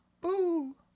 boo